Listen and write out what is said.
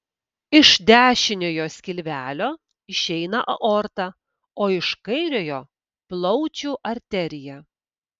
iš dešiniojo skilvelio išeina aorta o iš kairiojo plaučių arterija